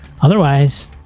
Otherwise